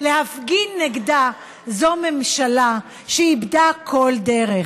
להפגין נגדה זו ממשלה שאיבדה כל דרך,